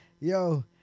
Yo